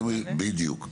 בדיוק.